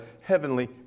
heavenly